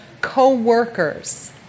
co-workers